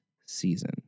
season